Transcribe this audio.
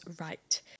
right